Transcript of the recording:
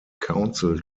council